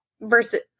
versus